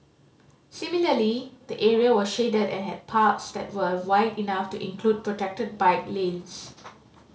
similarly the area was shaded and had paths that were wide enough to include protected bike lanes